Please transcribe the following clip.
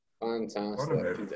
Fantastic